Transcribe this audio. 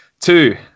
two